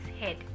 head